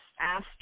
asked